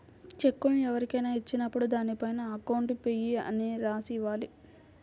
చెక్కును ఎవరికైనా ఇచ్చినప్పుడు దానిపైన అకౌంట్ పేయీ అని రాసి ఇవ్వాలి